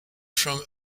from